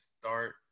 start